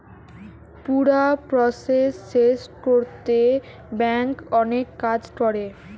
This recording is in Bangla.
পুরা প্রসেস শেষ কোরতে ব্যাংক অনেক কাজ করে